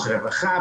רווחה,